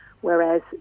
whereas